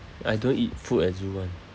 I don't eat food at zoo [one]